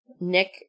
Nick